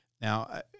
now